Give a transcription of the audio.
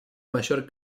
mayor